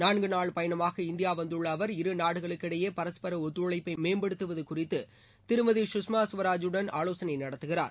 நான்கு நாள் பயணமாக இந்தியா வந்துள்ள அவர் இருநாடுகளுக்கிடையே பரஸ்பர ஒத்துழைப்பை மேம்படுத்துவது குறித்து திருமதி சுஷ்மா சுவராஜூவுடன் ஆலோசனை நடத்துகிறார்